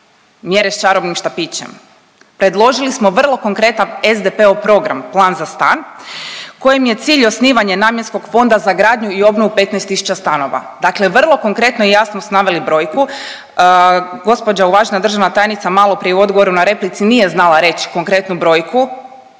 mjere s čarobnim štapićem, predložili smo vrlo konkretan SDP-ov program „plan za stan“ kojim je cilj osnivanje namjenskog Fonda za gradnju i obnovu 15 tisuća stanova, dakle vrlo konkretno i jasno smo naveli brojku. Gospođa uvažena državna tajnica maloprije u odgovoru na replici nije znala reć konkretnu brojku